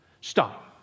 Stop